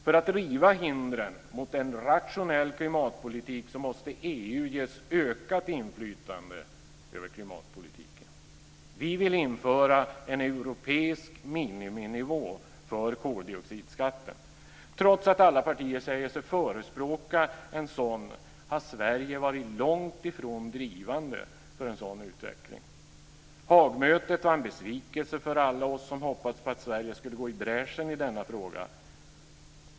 För att riva hindren mot en rationell klimatpolitik måste EU ges ökat inflytande över klimatpolitiken. Vi vill införa en europeisk miniminivå för koldioxidskatten. Trots att alla partier säger sig förespråka en sådan har Sverige varit långt ifrån drivande för en sådan utveckling. Haagmötet var en besvikelse för alla oss som hoppats på att Sverige skulle gå i bräschen i denna fråga.